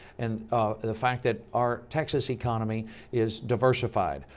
and the fact that our texas economy is diversified.